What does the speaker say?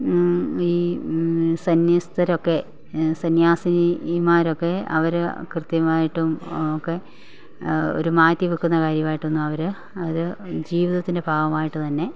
ഈ സന്യസ്തരൊക്കെ സന്യാസിനിമാരൊക്കെ അവർ കൃത്യമായിട്ടും ഒക്കെ ഒരു മാറ്റിവെക്കുന്ന കാര്യമായിട്ടൊന്നു അവർ ഒരു ജീവിതത്തിന്റെ ഭാഗമായിട്ടു തന്നെ